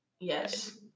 Yes